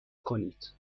کنید